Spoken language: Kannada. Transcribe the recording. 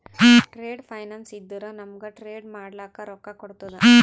ಟ್ರೇಡ್ ಫೈನಾನ್ಸ್ ಇದ್ದುರ ನಮೂಗ್ ಟ್ರೇಡ್ ಮಾಡ್ಲಕ ರೊಕ್ಕಾ ಕೋಡ್ತುದ